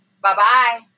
Bye-bye